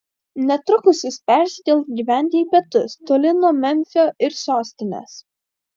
netrukus jis persikels gyventi į pietus toli nuo memfio ir sostinės